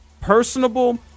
personable